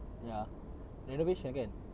ya renovation kan